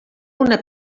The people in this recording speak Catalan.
una